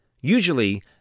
Usually